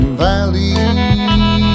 valley